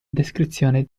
descrizione